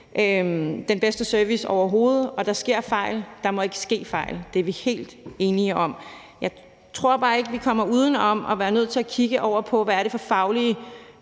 den bedste service overhovedet. Der sker fejl, og der må ikke ske fejl – det er vi helt enige om. Jeg tror bare ikke, vi kommer uden om at være nødt til at kigge på, hvad det er for faglige